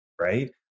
right